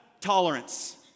Tolerance